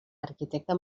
arquitecte